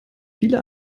viele